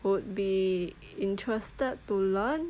would be interested to learn